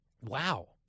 Wow